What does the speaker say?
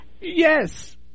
Yes